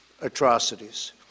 atrocities